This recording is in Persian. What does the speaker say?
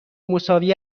مساوی